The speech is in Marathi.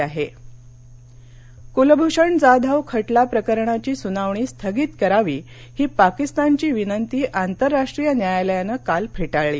आयसीजे कुलभूषण जाधव खटला प्रकरणाची सुनावणी स्थगित करावी ही पाकिस्तानची विनंती आंतरराष्ट्रीय न्यायालयानं काल फेटाळली